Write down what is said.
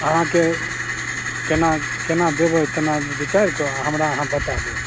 अहाँकेँ केना केना देबै तेना बिचारि कऽ अहाँ हमरा बता देब